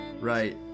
Right